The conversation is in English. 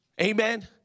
Amen